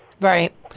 Right